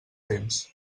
temps